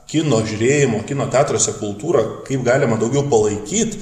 kino žiūrėjimo kino teatruose kultūrą kaip galima daugiau palaikyt